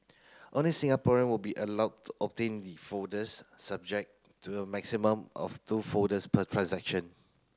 only Singaporean will be allowed to obtain the folders subject to a maximum of two folders per transaction